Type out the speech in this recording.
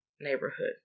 neighborhood